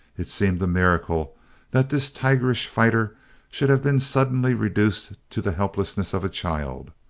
it seemed a miracle that this tigerish fighter should have been suddenly reduced to the helplessness of a child.